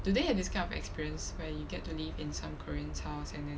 do they have this kind of experience where you get to live in some koreans house and then